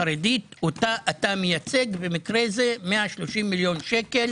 החרדית אותה אתה מייצג במקרה זה 130 מיליון שקל